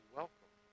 welcome